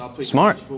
Smart